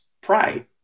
pride